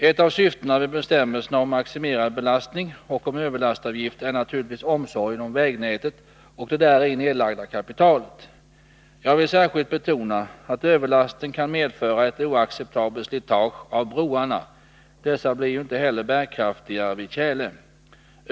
Ett av syftena med bestämmelserna om maximerad belastning och om överlastavgift är naturligtvis omsorgen om vägnätet och det däri nedlagda kapitalet. Jag vill särskilt betona att överlasten kan medföra ett oacceptabelt slitage av broarna. Dessa blir ju inte heller bärkraftigare vid tjäle.